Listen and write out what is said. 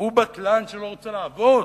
בטלן שלא רוצה לעבוד.